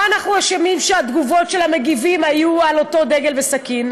מה אנחנו אשמים שהתגובות של המגיבים היו על אותו דגל וסכין?